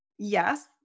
Yes